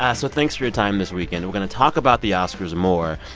ah so thanks for your time this weekend. we're going to talk about the oscars more.